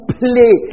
play